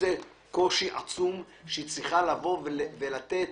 איזה קושי עצום זה שהיא צריכה לדון על